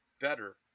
better